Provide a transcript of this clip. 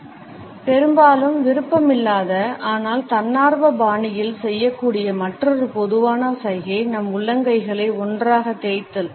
slide நேரத்தைப் பார்க்கவும் 0402 பெரும்பாலும் விருப்பமில்லாத ஆனால் தன்னார்வ பாணியில் செய்யக்கூடிய மற்றொரு பொதுவான சைகை நம் உள்ளங்கைகளை ஒன்றாக தேய்த்தல்